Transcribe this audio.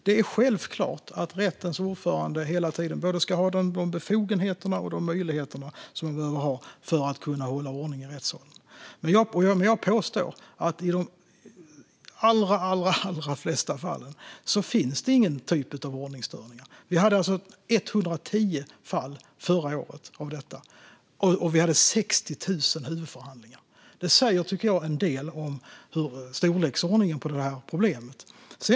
Det är självklart att rättens ordförande hela tiden ska ha både de befogenheter och de möjligheter som man behöver ha för att kunna hålla ordning i rättssalen. Men jag påstår att i de allra flesta fall finns det inga typer av ordningsstörning. Vi hade alltså 110 fall av detta förra året, och vi hade 60 000 huvudförhandlingar. Det tycker jag säger en del om storleksordningen på det här problemet.